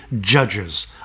judges